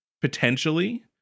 potentially